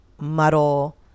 muddle